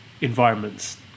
environments